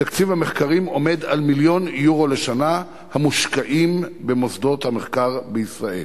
תקציב המחקרים הוא מיליון יורו לשנה המושקעים במוסדות המחקר בישראל.